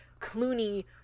Clooney